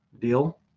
deal